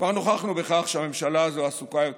כבר נוכחנו שהממשלה הזאת עסוקה יותר